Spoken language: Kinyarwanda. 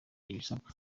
ibisabwa